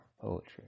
poetry